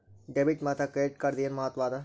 Debit ಮತ್ತ credit ಕಾರ್ಡದ್ ಏನ್ ಮಹತ್ವ ಅದ?